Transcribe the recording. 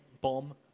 Bomb